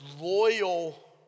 loyal